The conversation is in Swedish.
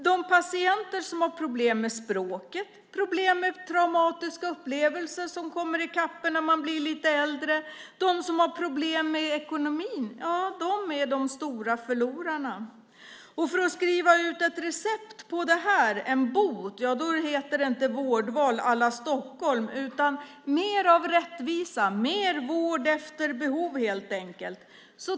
De patienter som har problem med språket, problem med traumatiska upplevelser som kommer ikapp dem när de blir lite äldre, de som har problem med ekonomin är de stora förlorarna. Om man ska skriva ut ett recept mot det här, en bot, då heter det inte vårdval à la Stockholm utan mer av rättvisa - mer vård efter behov helt enkelt.